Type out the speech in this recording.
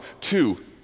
Two